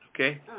okay